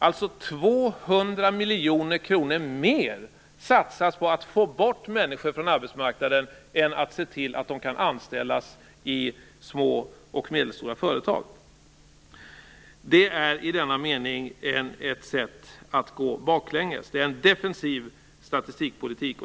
Alltså satsas det 200 miljoner kronor mer på att få bort människor från arbetsmarknaden än på att se till att de kan anställas i små och medelstora företag. Det är i en mening ett sätt att gå baklänges. Det är en defensiv statistikpolitik.